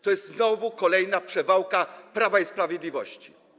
To jest kolejna przewałka Prawa i Sprawiedliwości.